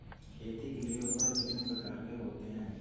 खेती के लिए उपकरण कितने प्रकार के होते हैं?